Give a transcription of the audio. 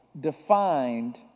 defined